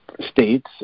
states